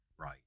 right